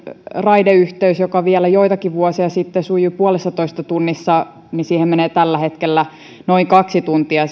raideyhteyden kulkemiseen joka vielä joitakin vuosia sitten sujui puolessatoista tunnissa menee matka aikaa tällä hetkellä noin kaksi tuntia